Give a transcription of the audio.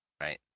right